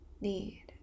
need